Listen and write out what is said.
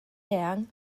eang